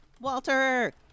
Walter